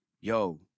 yo